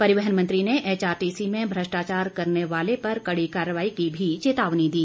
परिवहन मंत्री ने एचआरटीसी में भ्रष्टाचार करने वाले पर कड़ी कार्रवाई की भी चेतावनी दी